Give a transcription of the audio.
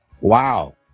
Wow